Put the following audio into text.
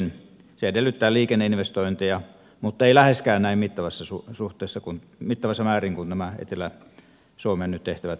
se edellyttää liikenneinvestointeja mutta ei läheskään näin mittamassa määrin kuin nämä etelä suomeen nyt tehtävät investoinnit